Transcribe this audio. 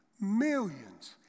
millions